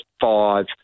five